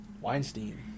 Weinstein